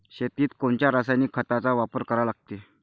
शेतीत कोनच्या रासायनिक खताचा वापर करा लागते?